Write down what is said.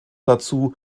dazu